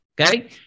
okay